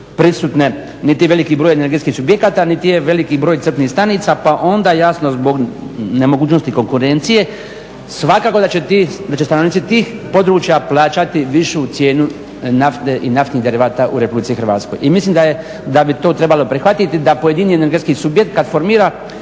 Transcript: prisutne niti veliki broj energetskih subjekata niti je veliki broj crpnih stanica pa onda jasno zbog nemogućnosti konkurencije svakako da će stanovnici tih područja plaćati višu cijenu nafte i naftnih derivata u Republici Hrvatskoj. I mislim da bi to trebalo prihvatiti da pojedini energetski subjekt kada formira